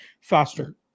faster